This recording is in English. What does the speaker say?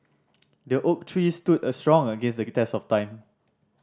the oak tree stood a strong against the test of time